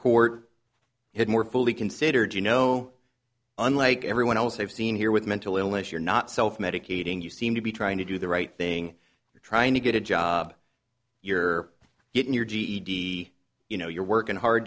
court has more fully considered you know unlike everyone else i've seen here with mental illness you're not self medicating you seem to be trying to do the right thing you're trying to get a job you're getting your ged you know you're working hard